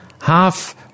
Half